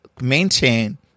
maintain